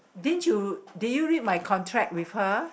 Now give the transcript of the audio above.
didn't you did you read my contract with her